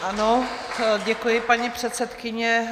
Ano, děkuji, paní předsedkyně.